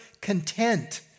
content